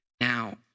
now